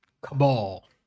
Cabal